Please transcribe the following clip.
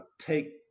take